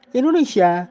Indonesia